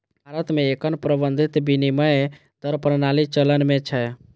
भारत मे एखन प्रबंधित विनिमय दर प्रणाली चलन मे छै